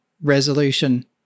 resolution